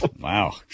Wow